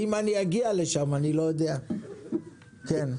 אם אני אגיע לשם, אני לא יודע, כן.